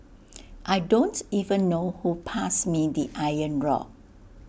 I don't even know who passed me the iron rod